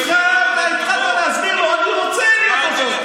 התחלת להסביר לו: אני רוצה להיות ראש המוסד,